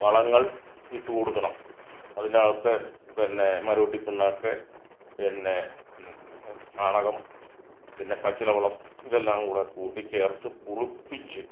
വളങ്ങള് ഇട്ട് കൊടുക്കണം അതിൻ്റെ അകത്ത് പിന്നെ മരവെട്ടി പിണ്ണാക്ക് പിന്നെ ചാണകം പിന്നെ പച്ചില വളം ഇതൊല്ലാം കൂടെ കൂട്ടി ചേര്ത്ത് കുളിപ്പിച്ച്